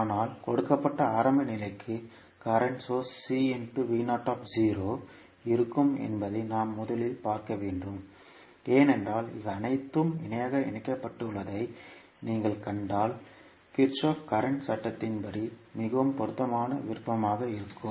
ஆனால் கொடுக்கப்பட்ட ஆரம்ப நிலைக்கு current source இருக்கும் என்பதை நாம் முதலில் பார்க்க வேண்டும் ஏனென்றால் இவை அனைத்தும் இணையாக இணைக்கப்பட்டுள்ளதை நீங்கள் கண்டால் கிர்ச்சோஃப்பின் current சட்டம் Kirchhoff's current law மிகவும் பொருத்தமான விருப்பமாக இருக்கும்